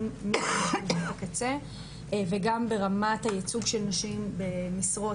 שירותי הקצה וגם ברמת הייצוג של נשים במשרות